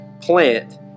plant